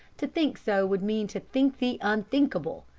to think so would mean to think the unthinkable,